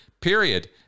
period